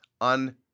on